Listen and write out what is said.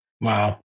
Wow